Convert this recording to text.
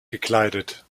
gekleidet